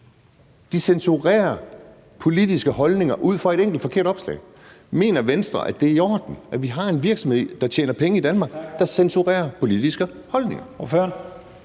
De censurerer politiske holdninger ud fra et enkelt forkert opslag. Mener Venstre, at det er i orden, at vi har en virksomhed, der tjener penge i Danmark, og som censurerer politiske holdninger?